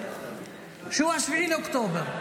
שהוא 7 באוקטובר.